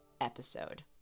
episode